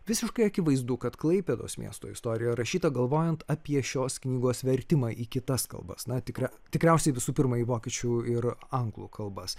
visiškai akivaizdu kad klaipėdos miesto istorija rašyta galvojant apie šios knygos vertimą į kitas kalbas na tikra tikriausiai visų pirma į vokiečių ir anglų kalbas